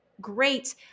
great